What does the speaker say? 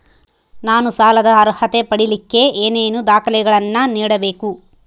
ನಾನು ಸಾಲದ ಅರ್ಹತೆ ಪಡಿಲಿಕ್ಕೆ ಏನೇನು ದಾಖಲೆಗಳನ್ನ ನೇಡಬೇಕು?